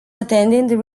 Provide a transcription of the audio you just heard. attended